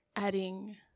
adding